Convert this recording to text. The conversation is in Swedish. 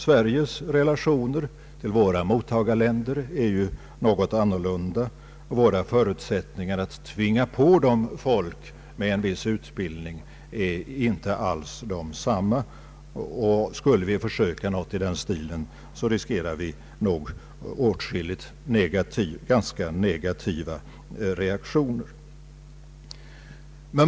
Sveriges relationer till sina mottagarländer är något annorlunda. Våra förutsättningar att tvinga på dem personer med en viss utbildning är inte alls desamma, Skulle vi försöka något i den stilen, riskerar vi nog åtskilliga ganska negativa reaktioner.